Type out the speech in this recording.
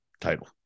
title